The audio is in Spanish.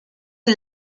con